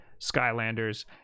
Skylanders